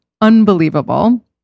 unbelievable